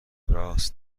راس